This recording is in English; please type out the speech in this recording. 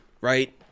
Right